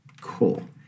Cool